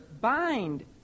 bind